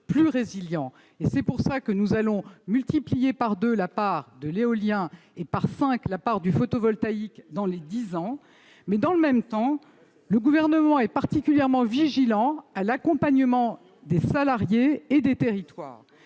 plus résilient. C'est pour cela que nous allons multiplier par deux la part de l'éolien et par cinq la part du photovoltaïque dans les dix ans. Mais, dans le même temps, le Gouvernement est particulièrement vigilant à l'accompagnement des salariés et des territoires.